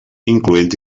incloent